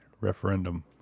referendum